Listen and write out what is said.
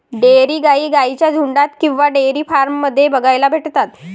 dairy गाई गाईंच्या झुन्डात किंवा डेयरी फार्म मध्ये बघायला भेटतात